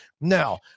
Now